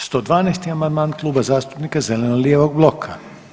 112. amandman, Kluba zastupnika zeleno-lijevog bloka.